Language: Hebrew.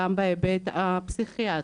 גם בהיבט הפסיכיאטרי,